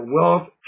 Wealth